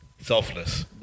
selfless